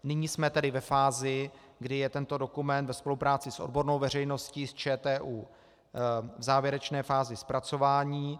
Nyní jsme tedy ve fázi, kdy je tento dokument ve spolupráci s odbornou veřejností, s ČTÚ, v závěrečné fázi zpracování.